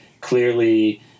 clearly